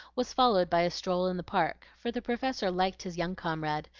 was followed by a stroll in the park for the professor liked his young comrade,